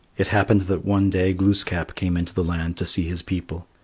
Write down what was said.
it happened that one day glooskap came into the land to see his people.